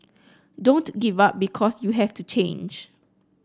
don't give up because you have to change